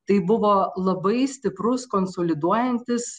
tai buvo labai stiprus konsoliduojantis